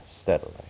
steadily